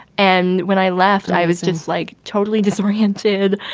and when i left, i was just like totally disoriented.